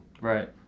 Right